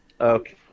Okay